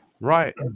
right